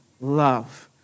love